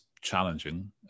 challenging